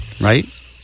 right